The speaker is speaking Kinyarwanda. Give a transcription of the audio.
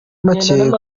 make